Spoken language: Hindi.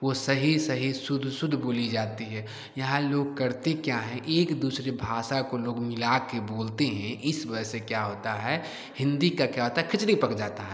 वह सही सही शुद्ध शुद्ध बोली जाती है यहाँ लोग करते क्या हैं एक दूसरी भाषा को लोग मिलाकर बोलते हैं इस वजह से क्या होता है हिन्दी का क्या होता है खिचड़ी पक जाती है